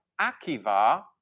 Akiva